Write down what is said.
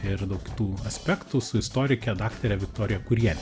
ir daug kitų aspektų su istorike daktare viktorija kurie